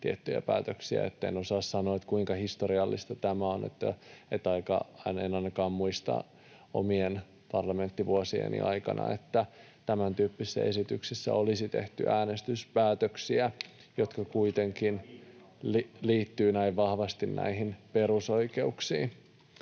tiettyjä päätöksiä. En osaa sanoa, että kuinka historiallista tämä on. En ainakaan muista omien parlamenttivuosieni aikana, että tämäntyyppisissä esityksissä olisi tehty äänestyspäätöksiä, [Heikki Vestmanin välihuuto] jotka kuitenkin liittyvät näin vahvasti perusoikeuksiin.